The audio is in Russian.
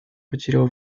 потерял